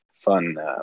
fun